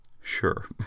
Sure